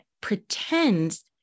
pretends